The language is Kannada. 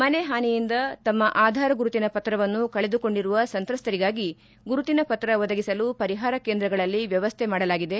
ಮನೆ ಹಾನಿಯಿಂದ ತಮ್ಮ ಆಧಾರ್ ಗುರುತಿನ ಪತ್ರವನ್ನು ಕಳೆದುಕೊಂಡಿರುವ ಸಂತ್ರಸ್ತರಿಗಾಗಿ ಗುರುತಿನ ಪತ್ರ ಒದಗಿಸಲು ಪರಿಹಾರ ಕೇಂದ್ರಗಳಲ್ಲಿ ವ್ಯವಸ್ಥೆ ಮಾಡಲಾಗಿದೆ